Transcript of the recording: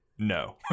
No